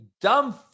dumb